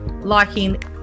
liking